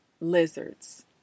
Lizards